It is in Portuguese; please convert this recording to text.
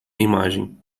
imagem